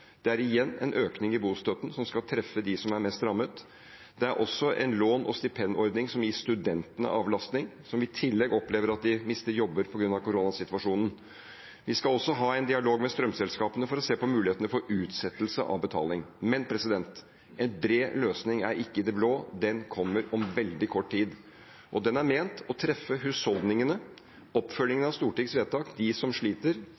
Det er igjen en økning i bostøtten, som skal treffe dem som er mest rammet. Det er også en lån- og stipendordning som gir avlastning for studentene, som i tillegg opplever at de mister jobber på grunn av koronasituasjonen. Vi skal også ha en dialog med strømselskapene for å se på mulighetene for utsettelse av betaling. Men: En bred løsning er ikke i det blå, den kommer om veldig kort tid. Den er ment å treffe husholdningene, oppfølgingen av Stortingets vedtak, dem som sliter.